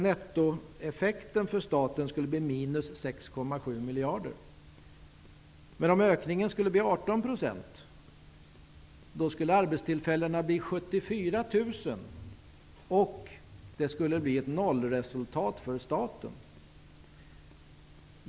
Nettoeffekten för staten skulle bli - 6,7 miljarder. Men om ökningen blev 18 % skulle antalet arbetstillfällen bli 74 000. Det skulle innebära ett nollresultat för staten.